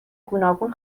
گوناگون